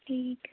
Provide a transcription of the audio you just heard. ਠੀਕ ਹੈ